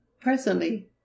Presently